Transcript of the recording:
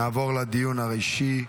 נעבור לדיון האישי.